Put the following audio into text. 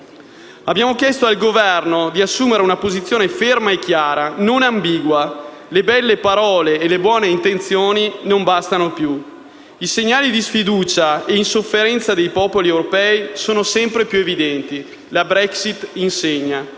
Abbiamo chiesto al Governo di assumere una posizione ferma e chiara, non ambigua. Le belle parole e le buone intenzioni non bastano più. I segnali di sfiducia e l'insofferenza dei popoli europei sono sempre più evidenti. La Brexit insegna: